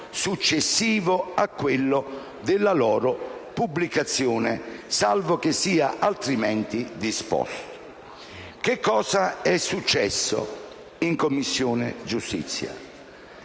successivo a quello della loro pubblicazione, salvo che sia altrimenti disposto». Che cosa è successo in Commissione giustizia?